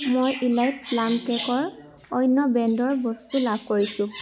মই Elite plum কেকৰ অন্য ব্ৰেণ্ডৰ বস্তু লাভ কৰিছোঁ